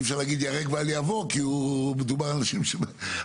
אי אפשר להגיד ייהרג ובל יעבור כי מדובר על אנשים ש- --,